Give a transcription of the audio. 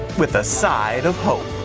with a side of hope.